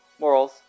morals